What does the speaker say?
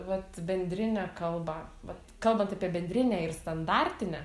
vat bendrinę kalbą vat kalbant apie bendrinę ir standartinę